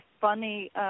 funny